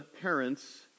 parents